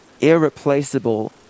irreplaceable